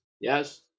yes